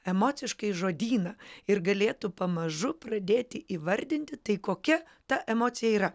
emociškai žodyną ir galėtų pamažu pradėti įvardinti tai kokia ta emocija yra